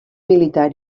militar